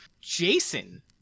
Jason